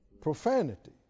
Profanity